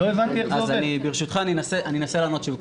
אני אנסה להסביר שוב.